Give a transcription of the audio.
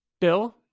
Bill